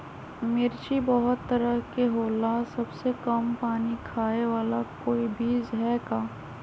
मिर्ची बहुत तरह के होला सबसे कम पानी खाए वाला कोई बीज है का?